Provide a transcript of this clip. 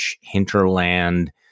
Hinterland